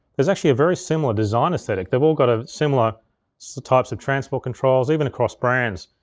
there's actually a very similar design aesthetic. they've all got a similar so types of transport controls, even across brands.